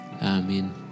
Amen